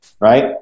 right